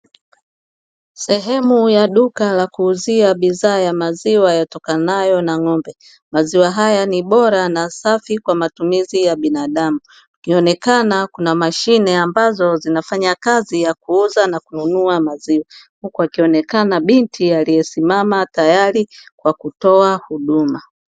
Sehemu ya duka la kuuzia bidhaa ya maziwa yatokanayo na ng'ombe. Maziwa haya ni bora na safi kwa matumizi ya binadamu. Kukionekana kuna mashine ambazo zinafanya klazi ya kuuza na kununua maziwa. Huku akionekana binti aliyesimama tayari kwa kutoa huduma.